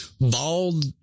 Bald